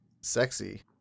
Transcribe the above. sexy